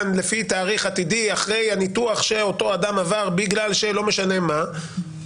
לפי תאריך עתידי אחרי הניתוח שאותו אדם עבר בגלל שלא משנה מה,